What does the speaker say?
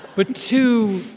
but two.